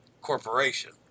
Corporation